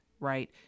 Right